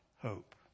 hope